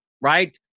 Right